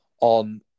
on